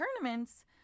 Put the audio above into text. tournaments